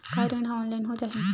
का ऋण ह ऑनलाइन हो जाही?